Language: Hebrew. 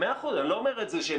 מאה אחוז, אני לא אומר שהם